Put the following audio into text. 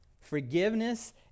Forgiveness